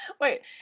Wait